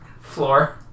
floor